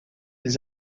des